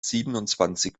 siebenundzwanzig